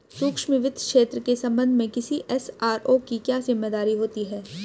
सूक्ष्म वित्त क्षेत्र के संबंध में किसी एस.आर.ओ की क्या जिम्मेदारी होती है?